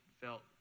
felt